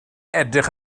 edrych